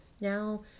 now